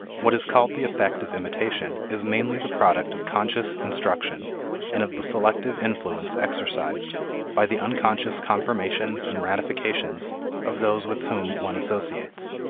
what is called the effect of imitation is mainly the product of conscious instruction and of the selective influence exercised by the unconscious confirmations and ratifications of those with whom one associates.